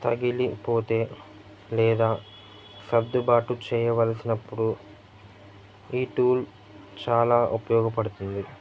తగిలిపోతే లేదా సర్దుబాటు చెయ్యవలసినప్పుడు ఈ టూల్ చాలా ఉపయోగపడుతుంది